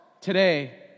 today